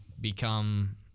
become